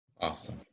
Awesome